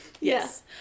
Yes